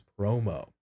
promo